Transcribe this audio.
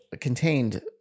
contained